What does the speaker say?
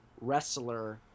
wrestler